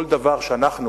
כל דבר שאנחנו